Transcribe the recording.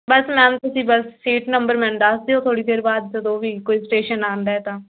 ਬਸ ma'am ਤੁਸੀਂ ਬਸ seat number ਮੈਨੂੰ ਦੱਸ ਦਿਓ ਥੋੜ੍ਹੀ ਦੇਰ ਬਾਅਦ ਜਦੋਂ ਵੀ ਕੋਈ ਸਟੇਸ਼ਨ ਆਉਂਦਾ ਹੈ ਤਾਂ